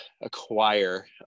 acquire